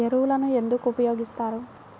ఎరువులను ఎందుకు ఉపయోగిస్తారు?